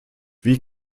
wie